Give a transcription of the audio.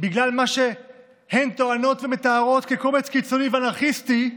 בגלל מה שהם טוענים ומתארים כקומץ קיצוני ואנרכיסטי,